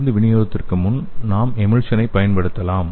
மருந்து விநியோகத்திற்கு நாம் எமுல்சனை பயன்படுத்தலாம்